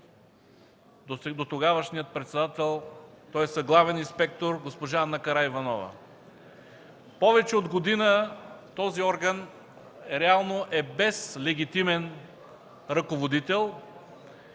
дотогавашния Главен инспектор госпожа Ана Караиванова. Повече от година този орган реално е без легитимен ръководител